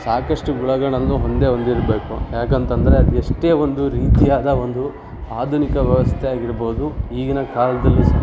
ಸಾಕಷ್ಟು ಗುಣಗಳನ್ನು ಹೊಂದೇ ಹೊಂದಿರಬೇಕು ಏಕಂತಂದ್ರೆ ಅದು ಎಷ್ಟೇ ಒಂದು ರೀತಿಯಾದ ಒಂದು ಆಧುನಿಕ ವ್ಯವಸ್ಥೆ ಆಗಿರ್ಬೋದು ಈಗಿನ ಕಾಲ್ದಲ್ಯೂ ಸಹ